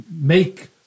make –